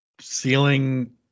Ceiling